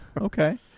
Okay